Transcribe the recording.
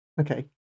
okay